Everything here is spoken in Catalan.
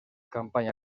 campanya